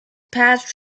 passed